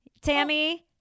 Tammy